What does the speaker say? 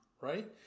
right